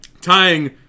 Tying